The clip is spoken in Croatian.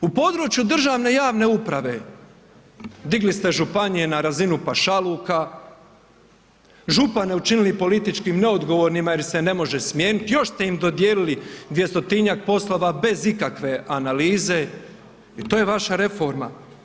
U području državne javne uprave, digli ste županije na razinu pašaluka, župane učinili politički neodgovornima jer ih se ne može smijeniti još ste im dodijelili 200-tinjak poslova bez ikakve analize i to je vaša reforma.